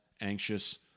anxious